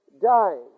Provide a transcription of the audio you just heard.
dying